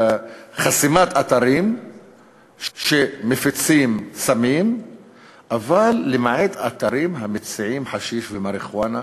חסימת אתרים שמפיצים סמים אבל למעט אתרים המציעים חשיש ומריחואנה,